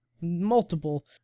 multiple